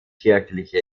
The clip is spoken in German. kirchliche